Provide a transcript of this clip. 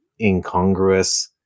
incongruous